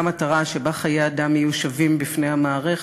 מטרה שבה חיי אדם יהיו שווים בפני המערכת,